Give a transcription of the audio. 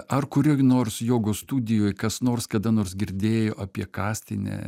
ar kurioj nors jogos studijoj kas nors kada nors girdėjo apie kastinę